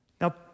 Now